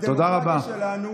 בדמוקרטיה שלנו,